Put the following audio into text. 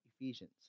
Ephesians